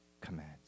commands